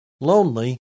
lonely